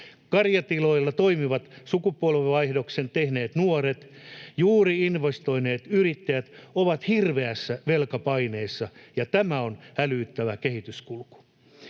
Karjatiloilla toimivat sukupolvenvaihdoksen tehneet nuoret, juuri investoineet yrittäjät, ovat hirveässä velkapaineessa, ja tämä on hälyttävä kehityskulku.